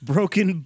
Broken